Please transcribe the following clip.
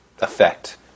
effect